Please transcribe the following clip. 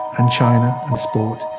and china and sport,